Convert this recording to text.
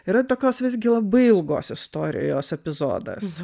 yra tokios visgi labai ilgos istorijos epizodas